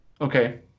Okay